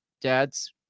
dad's